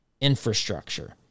infrastructure